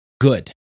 good